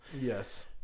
Yes